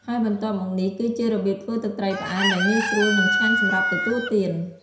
ហើយបន្ទាប់មកនេះគឺជារបៀបធ្វើទឹកត្រីផ្អែមដែលងាយស្រួល និងឆ្ងាញ់សម្រាប់ទទួលទាន។